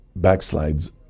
backslides